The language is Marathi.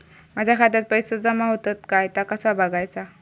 माझ्या खात्यात पैसो जमा होतत काय ता कसा बगायचा?